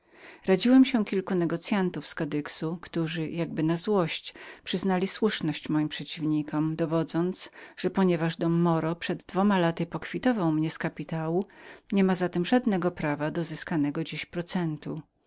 radziłem się kilku negocyantów z kadyxu którzy jakby na złość przyznali słuszność moim przeciwnikom dowodząc że ponieważ dom moro przed dwoma laty pokwitował mnie z kapitału niemiał zatem żadnego prawa do zyskanego dziś procentu